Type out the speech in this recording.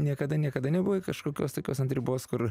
niekada niekada nebuvai kažkokios tokios ant ribos kur